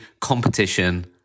competition